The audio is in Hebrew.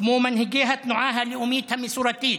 כמו מנהיגי התנועה הלאומית המסורתית,